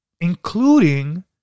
including